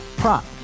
prop